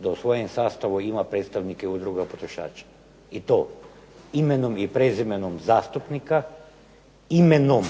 da u svom sastavu imaju predstavnike Udruge potrošača. I to imenom i prezimenom zastupnika, imenom